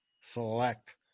select